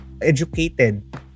educated